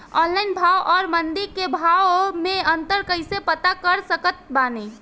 Online भाव आउर मंडी के भाव मे अंतर कैसे पता कर सकत बानी?